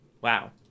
Wow